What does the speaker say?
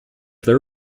there